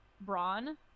brawn